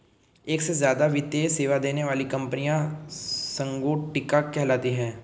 एक से ज्यादा वित्तीय सेवा देने वाली कंपनियां संगुटिका कहलाती हैं